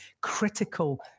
Critical